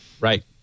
Right